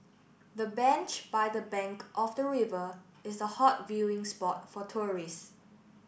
the bench by the bank of the river is a hot viewing spot for tourist